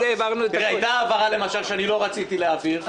הייתה העברה, למשל, שאני לא רציתי להעביר.